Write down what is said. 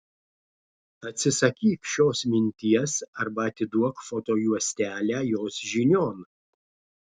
atsisakyk šios minties arba atiduok foto juostelę jos žinion